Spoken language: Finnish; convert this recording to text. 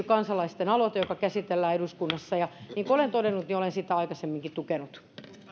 kansalaisten aloite joka käsitellään eduskunnassa niin kuin olen todennut olen sitä aikaisemminkin tukenut